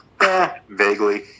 Vaguely